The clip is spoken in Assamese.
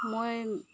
মই